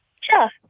Sure